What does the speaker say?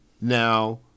now